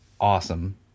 awesome